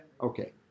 Okay